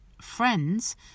friends